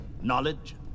knowledge